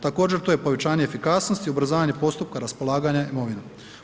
Također to je povećanje efikasnosti i ubrzavanje postupka raspolaganja imovinom.